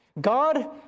God